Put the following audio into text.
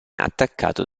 attaccato